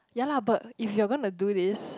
ya lah but if you are gonna do this